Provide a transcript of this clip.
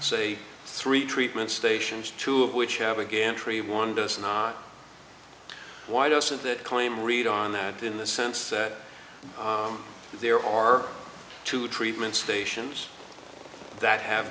say three treatment stations two of which have again tree one does not why doesn't that claim read on that in the sense that there are two treatments stations that have